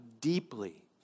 deeply